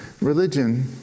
religion